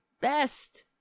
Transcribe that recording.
best